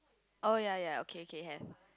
oh ya ya okay have